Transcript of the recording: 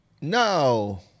No